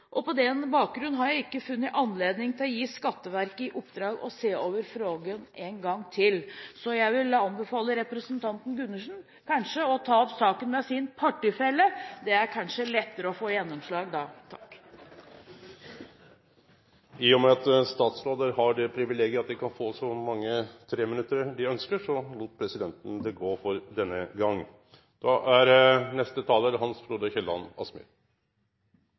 har jag inte funnit anledning att ge Skatteverket i uppdrag att se över frågan.» Jeg vil anbefale representanten Gundersen kanskje å ta opp saken med sin partifelle. Det er kanskje lettere å få gjennomslag da. I og med at statsrådar har det privilegiet at dei kan få så mange treminuttsinnlegg dei ønskjer, lot presidenten det gå for denne